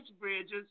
bridges